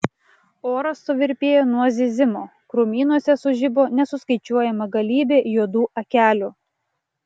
oras suvirpėjo nuo zyzimo krūmynuose sužibo nesuskaičiuojama galybė juodų akelių